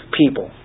people